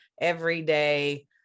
everyday